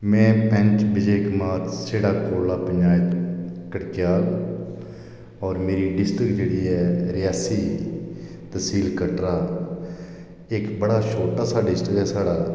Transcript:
में पेंच बिजय कुमार सिडाकोला पचांयत करकयाल और मेरी डिस्टिक्ट जेहड़ी ऐ रियासी तहसील कटरा इक बड़ा छोटा सारा डिस्ट्रिक्ट ऐ साढ़ा